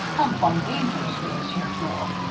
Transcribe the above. i'm plum' dangerous with this here tool.